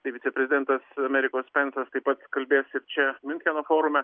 tai viceprezidentas amerikos pencas taip pat kalbės ir čia miuncheno forume